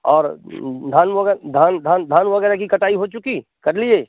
और धान वग़ैरह धान धान वग़ैरह की कटाई हो चुकी कर लिए